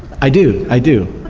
i do, i do,